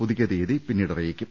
പുതുക്കിയ തിയതി പിന്നീട് അറിയിക്കും